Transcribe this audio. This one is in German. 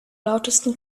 lautesten